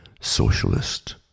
socialist